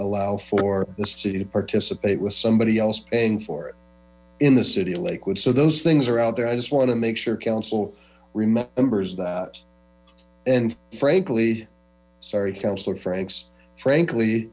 allow for the city to participate with somebody else paying for it in the city of lakewood so those things are out there i just want to make sure council remembers that and frankly sorry councilor franks frankly